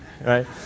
right